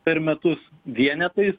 per metus vienetais